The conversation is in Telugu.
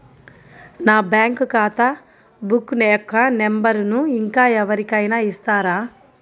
నా బ్యాంక్ ఖాతా బుక్ యొక్క నంబరును ఇంకా ఎవరి కైనా ఇస్తారా?